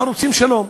אנחנו רוצים שלום,